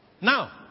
Now